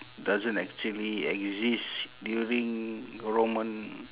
doesn't actually exist during roman